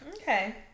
Okay